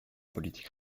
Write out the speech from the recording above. politique